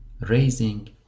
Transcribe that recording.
raising